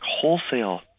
wholesale